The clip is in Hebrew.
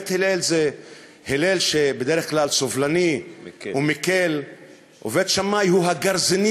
הלל הוא בדרך כלל סובלני ומקל ובית שמאי הוא הגרזני